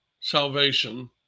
salvation